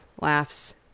laughs